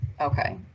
Okay